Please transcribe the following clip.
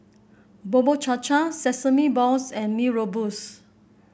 Bubur Cha Cha Sesame Balls and Mee Rebus